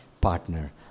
partner